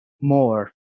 more